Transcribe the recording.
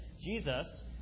Jesus